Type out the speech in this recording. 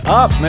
up